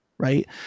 right